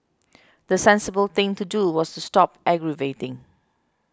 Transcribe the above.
the sensible thing to do was to stop aggravating